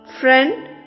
friend